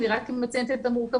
אני רק מציינת את המורכבות,